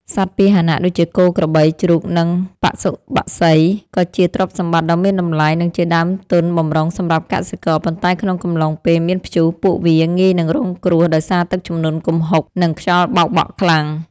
សត្វពាហនៈដូចជា គោ ក្របី ជ្រូក និងបសុបក្សី គឺជាទ្រព្យសម្បត្តិដ៏មានតម្លៃ និងជាដើមទុនបម្រុងសម្រាប់កសិករ ប៉ុន្តែក្នុងកំឡុងពេលមានព្យុះ ពួកវាងាយនឹងរងគ្រោះដោយសារទឹកជំនន់គំហុក និងខ្យល់បោកបក់ខ្លាំង។